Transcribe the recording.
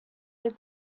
the